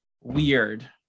weird